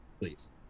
please